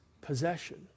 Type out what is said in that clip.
possession